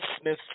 Smith